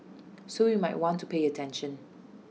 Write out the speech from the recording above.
so you might want to pay attention